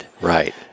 Right